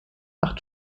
acht